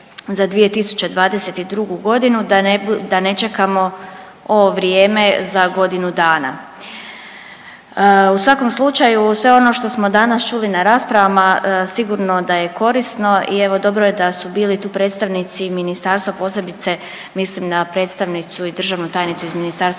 za 2022.g., da ne čekamo ovo vrijeme za godinu dana. U svakom slučaju sve ono što smo danas čuli na raspravama sigurno da je korisno i evo dobro je da su bili tu predstavnici ministarstva, posebice mislim na predstavnicu i državnu tajnicu iz Ministarstva